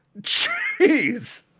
Jeez